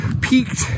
peaked